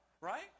Right